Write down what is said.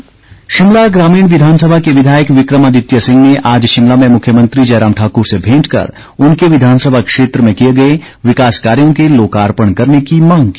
विक्रमादित्य शिमला ग्रामीण विधानसभा के विधायक विक्रमादित्य सिंह ने आज शिमला में मुख्यमंत्री जयराम ठाकुर से भेंट कर उनके विधानसभा क्षेत्र में किए गए विकास कार्यो के लोकार्पण करने की मांग की